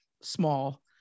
small